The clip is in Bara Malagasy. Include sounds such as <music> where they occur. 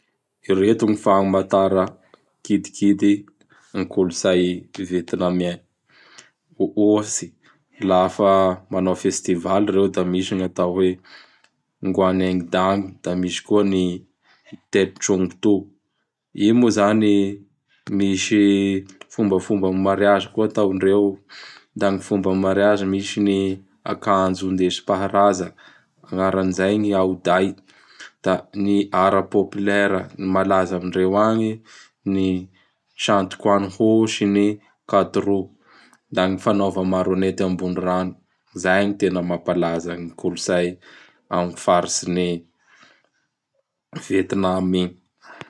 Ireto gn fahamatara kidikidy gn kolotsay Vietnamien, <noise> ohatsy, lafa manao festivaly <noise> reo da <noise> misy gn'atao hoe: Gwanegndan, da misy koa <noise> ny teptsongto. I moa zany misy fombafomban'ny mariazy koa ataondreo; <noise> da gn fomba mariazy misy gn'akanjo indesim-paharaza, <noise> agnaran'izay Gniaoday. <noise> Da ny art populaira malaza amindreo agny ny Sandikwaniho ny Katrou. <noise> Da gny fanaova marionety ambony rano. Zay gny tena mampalaza gny kolotsay am faritsy <noise> ny Vietnam igny.